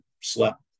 slept